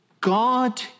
God